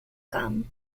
camp